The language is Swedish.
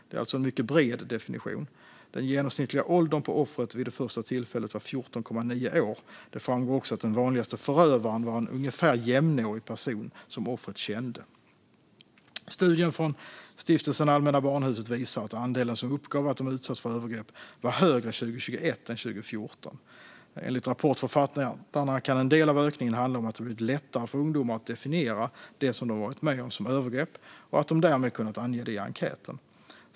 Det är alltså en mycket bred definition. Den genomsnittliga åldern på offret vid det första tillfället var 14,9 år. Det framgår också att den vanligaste förövaren var en ungefär jämnårig person som offret kände. Studien från Stiftelsen Allmänna Barnhuset visar att andelen som uppgav att de utsatts för övergrepp var högre 2021 än 2014. Enligt rapportförfattarna kan en del av ökningen handla om att det har blivit lättare för ungdomar att definiera det de har varit med om som övergrepp och att de därmed kunnat ange det i enkäten.